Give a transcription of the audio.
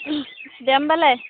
दे होमब्लालाय